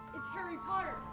it's harry potter!